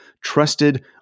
trusted